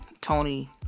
Tony